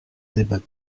débat